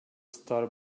star